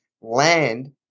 land